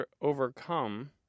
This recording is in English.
overcome